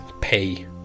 pay